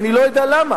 ואני לא יודע למה,